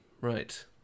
right